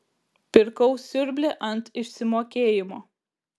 pirkau siurblį ant išsimokėjimo